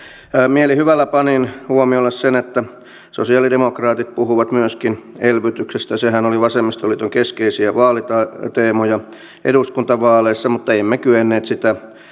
mielihyvällä panin huomiolle sen että myöskin sosialidemokraatit puhuvat elvytyksestä sehän oli vasemmistoliiton keskeisiä vaaliteemoja eduskuntavaaleissa mutta emme kyenneet sitä